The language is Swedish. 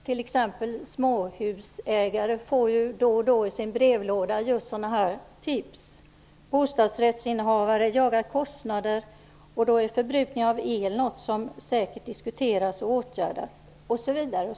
T.ex. småhusägare får då och då i sin brevlåda sådana här tips. Bostadsrättsinnehavare jagar kostnader och då är förbrukning av el något som säkert diskuteras och åtgärdas.